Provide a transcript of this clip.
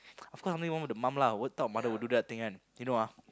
of course something wrong with the mum lah what type of mother would do that thing [one] you know ah